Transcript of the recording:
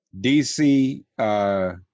DC